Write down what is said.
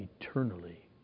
eternally